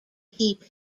keep